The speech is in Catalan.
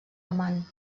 amant